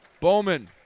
Bowman